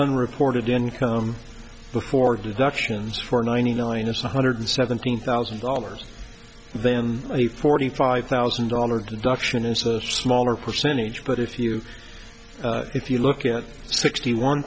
unreported income before deductions for ninety nine is one hundred seventeen thousand dollars then a forty five thousand dollars deduction is a smaller percentage but if you if you look at sixty one